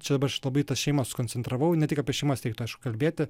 čia dabar aš labai į tas šeimas susikoncentravau ne tik apie šeimas reiktų aišku kalbėti